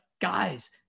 guys